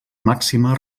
màxima